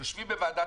יושבים בוועדת